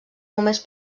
només